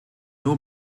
nur